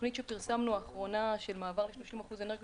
התוכנית האחרונה שפרסמנו של מעבר ל-30% אנרגיות